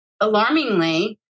alarmingly